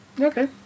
Okay